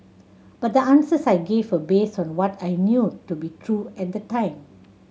but the answers I gave were based on what I knew to be true at the time